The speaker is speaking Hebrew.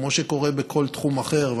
כמו שקורה בכל תחום אחר,